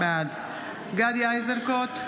בעד גדי איזנקוט,